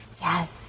Yes